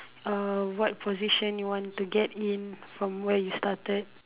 uh what position you want to get in from where you started